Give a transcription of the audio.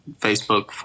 Facebook